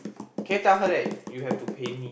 can you tell her that you have to pay me